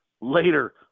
later